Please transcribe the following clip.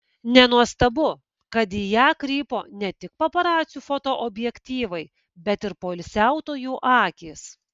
nenuostabu kad į ją krypo ne tik paparacių fotoobjektyvai bet ir poilsiautojų akys